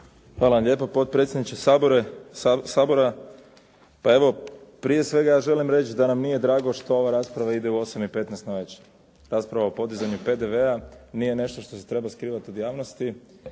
Hvala vam lijepa, potpredsjedniče Sabora. Pa evo prije svega ja želim reći da nam nije drago što ova rasprava ide u 8 i 15 navečer. Rasprava o podizanju PDV-a nije nešto što se treba skrivat od javnosti